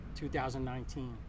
2019